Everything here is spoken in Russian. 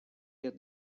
лет